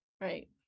Right